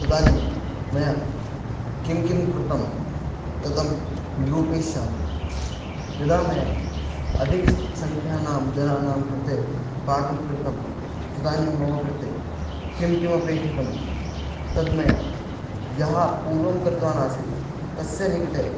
तदानीं मया किं किं कृतं तदहं निरूपयिष्यामि यदा मया अधिकसंख्याकानां जनानां कृते पाकः कृतः तदानीं मम कृते किं किमपेक्षितं तद् मया यः पूर्वं कृतवान् आसीत् तस्य निकटे